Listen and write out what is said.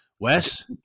Wes